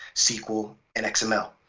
sql, and xml.